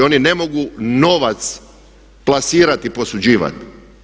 Oni ne mogu novac plasirati i posuđivati.